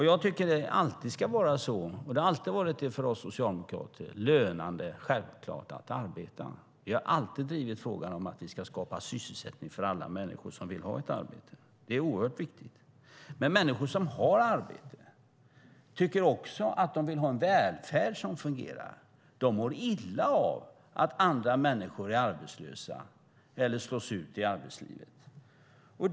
Jag tycker att det alltid ska löna sig att arbeta. Det har vi socialdemokrater alltid tyckt. Vi har alltid drivit frågan om att vi ska skapa sysselsättning för alla människor som vill ha ett arbete. Det är oerhört viktigt. Men människor som har arbete vill också ha en välfärd som fungerar. De mår illa av att andra människor är arbetslösa eller slås ut från arbetslivet.